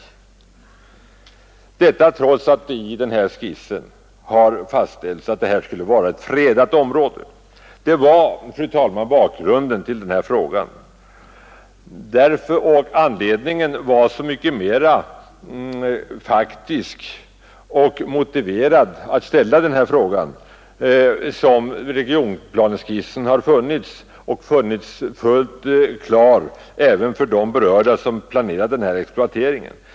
Ändå hade det i regionplaneskissen fastställts att detta skulle vara ett fredat område. Det var, fru talman, bakgrunden till att jag ställde den här frågan. Den var så mycket mer motiverad som regionplaneskissens intentioner måste stått fullt klara även för dem som planerat denna exploatering.